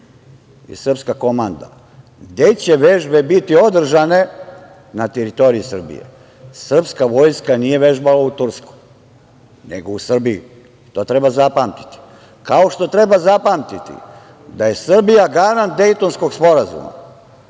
i srpska komanda gde će vežbe biti održane na teritoriji Srbije. Srpska vojska nije vežbala u Turskoj, nego u Srbiji. To treba zapamtiti, kao što treba zapamtiti da je Srbija garant Dejtonskog sporazuma,